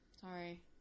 Sorry